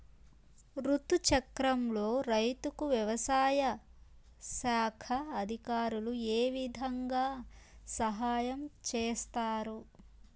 రుతు చక్రంలో రైతుకు వ్యవసాయ శాఖ అధికారులు ఏ విధంగా సహాయం చేస్తారు?